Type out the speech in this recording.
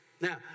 Now